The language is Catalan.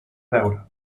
veure